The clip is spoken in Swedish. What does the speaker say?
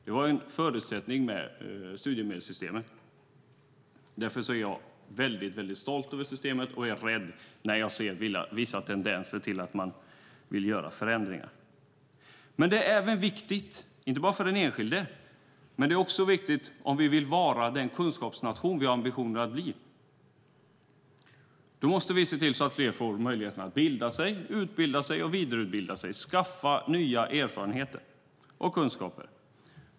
Det var studiemedelssystemet som gav mig den förutsättningen. Därför är jag stolt över systemet, och jag blir rädd när jag ser tendenser till att vilja göra förändringar. Studiemedelssystemet är även viktigt - inte bara för den enskilde - om Sverige vill upprätthålla ambitionen att vara en kunskapsnation. Då måste fler få möjlighet att bilda sig, utbilda sig och vidareutbilda sig, skaffa nya erfarenheter och kunskaper.